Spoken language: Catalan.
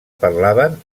parlaven